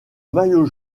maillot